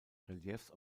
reliefs